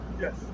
Yes